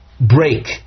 break